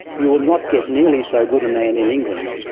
you will not get nearly so good a man in england,